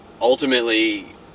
ultimately